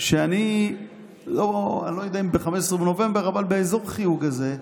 שאני לא יודע אם ב-15 בנובמבר אבל באזור החיוג הזה,